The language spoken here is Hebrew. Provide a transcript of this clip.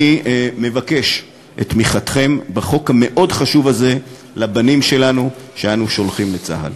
אני מבקש את תמיכתכם בחוק המאוד-חשוב הזה לבנים שלנו שאנו שולחים לצה"ל.